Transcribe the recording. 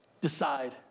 decide